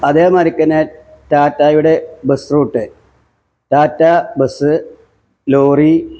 അതേമാതിരി തന്നെ ടാറ്റയുടെ bus route Tata bus lorry